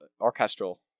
orchestral